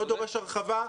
לא דורש הרחבה,